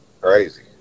crazy